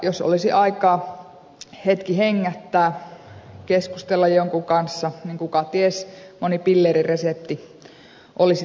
jos olisi aikaa hetki hengähtää keskustella jonkun kanssa niin kukaties moni pilleriresepti olisi tarpeeton